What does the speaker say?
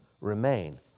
remain